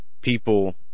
people